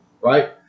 right